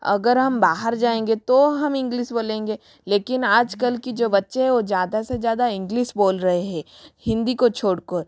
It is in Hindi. अगर हम बाहर जाएंगे तो हम इंग्लिश बोलेंगे लेकिन आज कल के जो बच्चे हैं वो ज़्यादा से ज़्यादा इंग्लिस बोल रहे हैं हिंदी को छोड़ कर